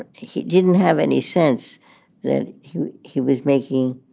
ah he didn't have any sense that he he was making.